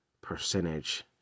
percentage